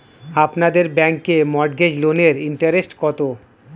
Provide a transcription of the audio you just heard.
আপনাদের ব্যাংকে মর্টগেজ লোনের ইন্টারেস্ট কত?